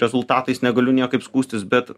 rezultatais negaliu niekaip skųstis bet